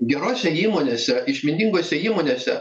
gerose įmonėse išmintingose įmonėse